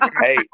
Hey